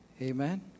Amen